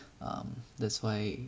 um that's why